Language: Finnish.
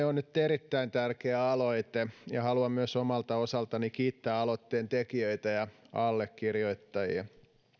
on nyt erittäin tärkeä aloite ja haluan myös omalta osaltani kiittää aloitteen tekijöitä ja allekirjoittajia